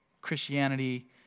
Christianity